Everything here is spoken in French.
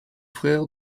frère